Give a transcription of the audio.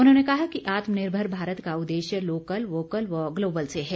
उन्होंने कहा कि आत्मनिर्भर भारत का उददेश्य लोकल वोकल व ग्लोबल से है